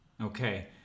Okay